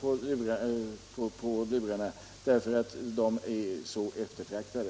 på telefonlurarna, eftersom de är så eftertraktade.